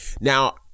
Now